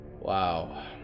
Wow